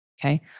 Okay